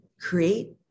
create